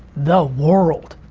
the world.